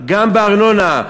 גם בארנונה,